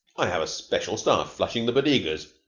i have a special staff flushing the bodegas.